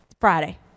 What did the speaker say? Friday